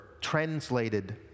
translated